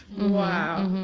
wow.